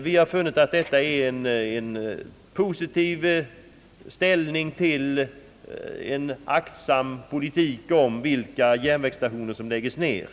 Utskottets skrivning måste anses innebära en positiv inställning till en aktsam politik när det gäller frågan vilka järnvägsstationer som skall läggas ned.